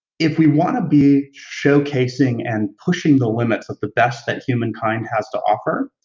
if we wanna be showcasing and pushing the limits of the best that humankind has to offer,